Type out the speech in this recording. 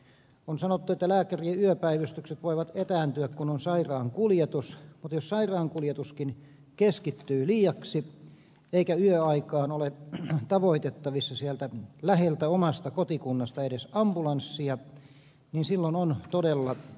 on sanottu että lääkärien yöpäivystykset voivat etääntyä kun on sairaankuljetus mutta jos sairaankuljetuskin keskittyy liiaksi eikä yöaikaan ole tavoitettavissa sieltä läheltä omasta kotikunnasta edes ambulanssia niin silloin on todella ongelma